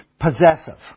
possessive